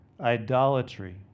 idolatry